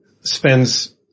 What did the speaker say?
spends